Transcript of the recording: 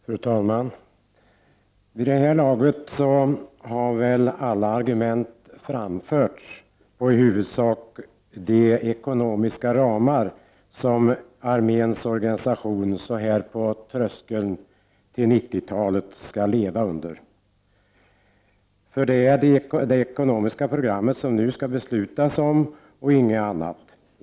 Fru talman! Vid det här laget har alla argument framförts på i huvudsak de ekonomiska ramar arméns organisation så här på tröskeln till 90-talet skall leva inom. För det är det ekonomiska programmet som nu skall beslutas om och inget annat.